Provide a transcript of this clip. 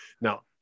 Now